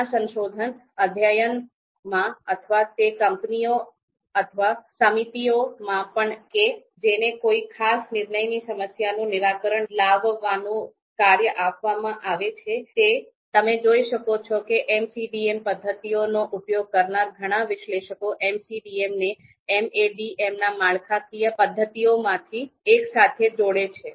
ઘણાં સંશોધન અધ્યયનમાં અથવા તે કંપનીઓ અથવા સમિતિઓમાં પણ કે જેને કોઈ ખાસ નિર્ણયની સમસ્યાનું નિરાકરણ લાવવાનું કાર્ય આપવામાં આવે છે તમે જોઈ શકો છો કે MCDM પદ્ધતિઓનો ઉપયોગ કરનારા ઘણા વિશ્લેષકો MCDM ને MADM ના માળખાકીય પદ્ધતિ માળખાકીય પદ્ધતિઓમાંથી એક સાથે જોડે છે